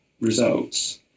results